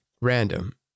random